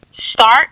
start